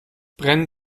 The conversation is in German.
brennen